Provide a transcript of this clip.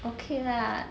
okay lah